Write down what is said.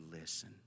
listen